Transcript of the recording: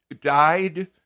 died